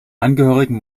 angehörigen